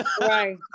Right